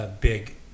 big